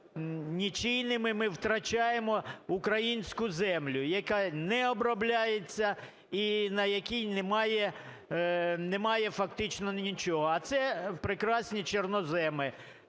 нічийними. Ми втрачаємо українську землю, яка не обробляється і на якій немає фактично нічого. А це прекрасні чорноземи.